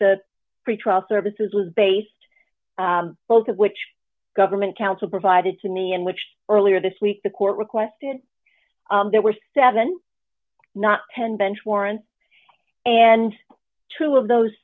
the pretrial services was based both of which government counsel provided to me in which earlier this week the court requested there were seven not ten bench warrants and two of those